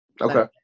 Okay